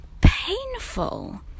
painful